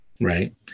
right